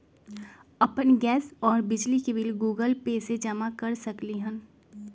अपन गैस और बिजली के बिल गूगल पे से जमा कर सकलीहल?